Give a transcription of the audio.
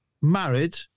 married